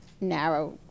narrow